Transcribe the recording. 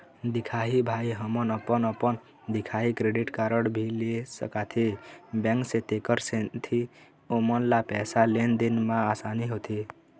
दिखाही भाई हमन अपन अपन दिखाही क्रेडिट कारड भी ले सकाथे बैंक से तेकर सेंथी ओमन ला पैसा लेन देन मा आसानी होथे?